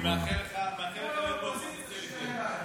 אני מאחל לך להיות באופוזיציה לפני.